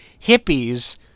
hippies